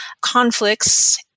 conflicts